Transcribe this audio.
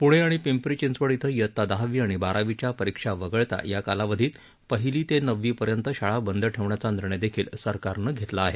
प्णे आणि पिंपरी चिंचवड इथं इयता दहावी आणि बारावीच्या परीक्षा वगळता या कालावधीत पहिली ते नववीपर्यंत शाळा बंद ठेवण्याचा निर्णय देखील सरकारनं घेतला आहे